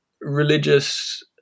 religious